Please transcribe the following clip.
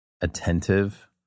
attentive